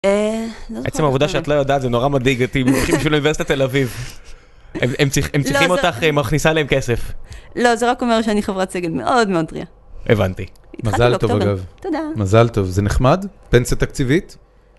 בעצם העבודה שאת לא יודעת, זה נורא מדאיג אותי, בשביל אוניברסיטת תל אביב. הם צריכים אותך, מכניסה להם כסף. לא, זה רק אומר שאני חברת סגל מאוד מאוד טרייה. הבנתי. מזל טוב, אגב. תודה. מזל טוב, זה נחמד. פנסייה תקציבית.